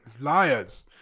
Liars